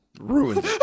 ruined